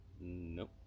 nope